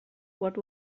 what